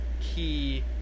key